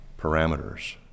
parameters